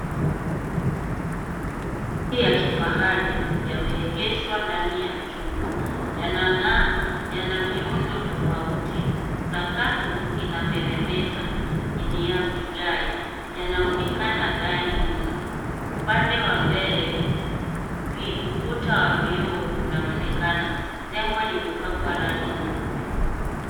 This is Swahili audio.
Magari ya kifahari yameegeshwa ndani ya jumba. Yanang'aa, yana miundo tofauti. Sakafu inameremeta, ni ya vigae. Yanaonekana ghali mno. Upande wa mbele, viukuta wa vioo unaonekana. Jengo limepakwa rangi nyeupe.